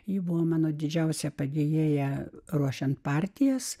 ji buvo mano didžiausia padėjėja ruošiant partijas